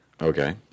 Okay